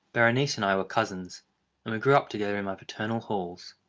berenice and i were cousins, and we grew up together in my paternal halls.